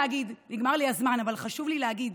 נגמר לי הזמן, אבל חשוב לי להגיד: